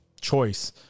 choice